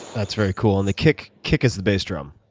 that's very cool. and the kick kick is the bass drum.